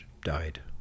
died